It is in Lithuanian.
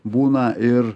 būna ir